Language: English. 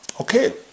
Okay